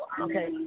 Okay